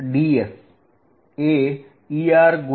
ds એ Er